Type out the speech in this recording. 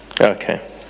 okay